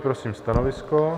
Prosím stanovisko.